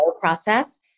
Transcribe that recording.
process